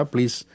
Please